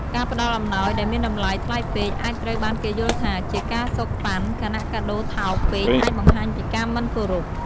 ការផ្តល់អំណោយដែលមានតម្លៃថ្លៃពេកអាចត្រូវបានគេយល់ថាជាការសូកប៉ាន់ ខណៈកាដូរថោកពេកអាចបង្ហាញពីការមិនគោរព។